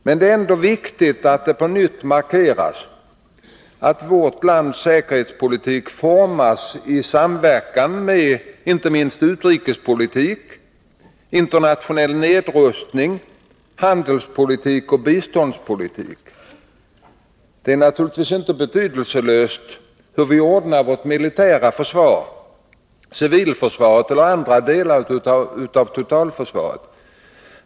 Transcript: Men det är ändå viktigt att det på nytt markeras att vårt lands säkerhetspolitik formas i samverkan med inte minst utrikespolitik, internationell nedrustning, handelspolitik och biståndspolitik. Det är naturligtvis inte betydelselöst hur vi ordnar vårt militära försvar, civilförsvaret eller andra delar av vårt totalförsvar.